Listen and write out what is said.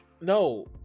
no